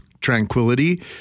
tranquility